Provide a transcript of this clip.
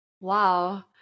Wow